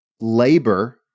labor